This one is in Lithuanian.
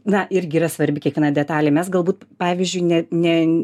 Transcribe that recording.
na irgi yra svarbi kiekviena detalė mes galbūt pavyzdžiui ne ne